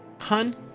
Hun